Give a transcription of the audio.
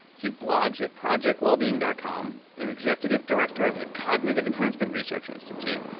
he blogs at project wellbeing dot com and executive director of the cognitive enhancement research institute,